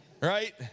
right